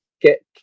get